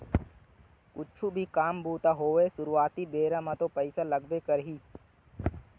कुछु भी काम बूता होवय सुरुवाती बेरा म तो पइसा लगबे करही